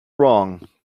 wrong